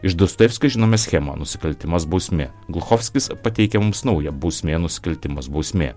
iš dostojevskio žinome schemą nusikaltimas bausmė guchovskis pateikia mums naują bausmė nusikaltimas bausmė